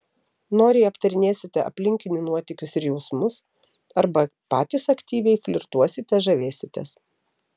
noriai aptarinėsite aplinkinių nuotykius ir jausmus arba patys aktyviai flirtuosite žavėsitės